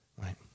Right